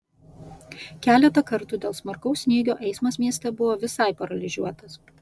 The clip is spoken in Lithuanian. keletą kartų dėl smarkaus snygio eismas mieste buvo visai paralyžiuotas